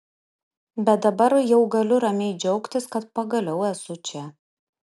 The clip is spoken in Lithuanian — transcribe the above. bet dabar jau galiu ramiai džiaugtis kad pagaliau esu čia